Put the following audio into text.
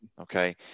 Okay